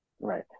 Right